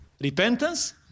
repentance